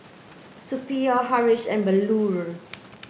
Suppiah Haresh and Bellur